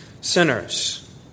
sinners